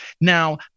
Now